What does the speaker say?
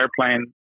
airplane